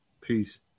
Peace